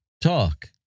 talk